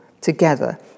together